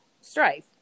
strife